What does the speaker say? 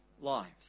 lives